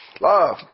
Love